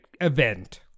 event